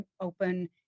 open